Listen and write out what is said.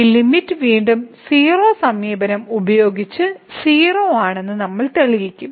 ഈ ലിമിറ്റ് വീണ്ടും 0 സമീപനം ഉപയോഗിച്ച് 0 ആണെന്ന് നമ്മൾ തെളിയിക്കും